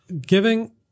giving